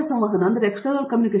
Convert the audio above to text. Satyanarayana N Gummadi ಬಾಹ್ಯ ಸಂವಹನ